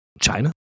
China